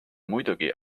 muidugi